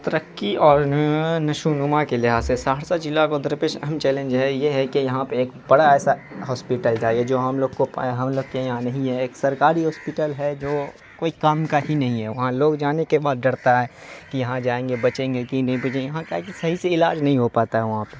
ترقی اور نشوونما کے لحاظ سے سہرسہ ضلع کو درپیش اہم چیلنج ہے یہ ہے کہ یہاں پہ ایک بڑا ایسا ہاسپٹل چاہیے جو ہم لوگ کو ہم لوگ کے یہاں نہیں ہے ایک سرکاری ہاسپٹل ہے جو کوئی کام کا ہی نہیں ہے وہاں لوگ جانے کے بعد ڈرتا ہے کہ یہاں جائیں گے بچیں گے کہ نہیں بچیں یہاں کا ایک صحییح سے علاج نہیں ہو پاتا ہے وہاں پہ